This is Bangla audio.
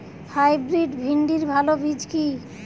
হাইব্রিড ভিন্ডির ভালো বীজ কি?